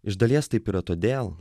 iš dalies taip yra todėl